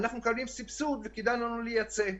אנחנו מקבלים סבסוד וכדאי לנו לייצא.